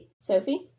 Sophie